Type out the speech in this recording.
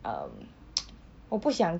um 我不想